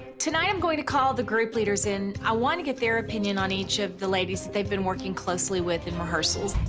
tonight i'm going to call the group leaders in, i want to get their opinion on each of the ladies that they've been working closely with in rehearsals.